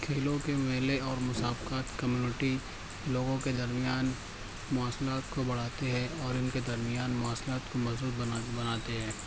کھیلوں کے میلے اور مسابقات کمیونٹی لوگوں کے درمیان مواصلات کو بڑھاتی ہے اور ان کے درمیان مواصلات کو مضبوط بنا بناتی ہے